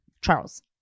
Charles